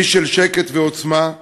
איש של שקט ועוצמה,